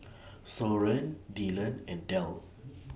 Soren Dylan and Del